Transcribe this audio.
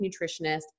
nutritionist